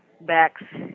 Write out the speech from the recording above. backs